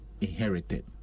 inherited